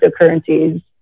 cryptocurrencies